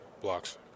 blocks